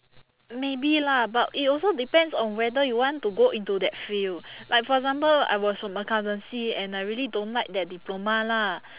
maybe lah but it also depends on whether you want to go into that field like for example I was from accountancy and I really don't like that diploma lah